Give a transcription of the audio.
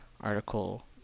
article